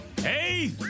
Hey